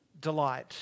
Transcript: delight